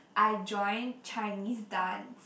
I joined Chinese dance